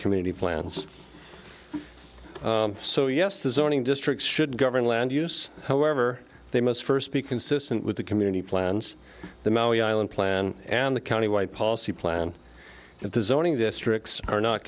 community plans so yes the zoning districts should govern land use however they must first be consistent with the community plans the maui island plan and the county wide policy plan if the zoning districts are not